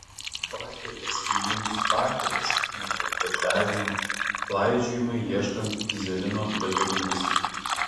pakelės jau vien tik pakelės miestų apvažiavimai klaidžiojimai ieškant dyzelino degalinės